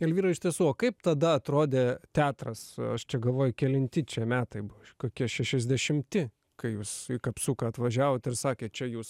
elvyra iš tiesų o kaip tada atrodė teatras aš čia galvoju kelinti čia metai buvo kažkokie šešiasdešimti kai jūs į kapsuką atvažiavot ir sakė čia jūs